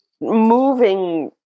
moving